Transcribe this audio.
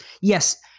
yes